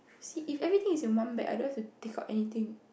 see if everything is in one bag I don't have to take out anything